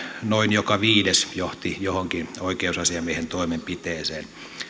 noin joka viides johti johonkin oikeusasiamiehen toimenpiteeseen